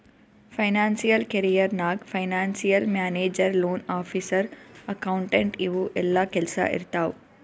financial career ನಾಗ್ financial manager, loan officer, accountant ಇವು ಎಲ್ಲಾ ಕೆಲ್ಸಾ ಇರ್ತಾವ್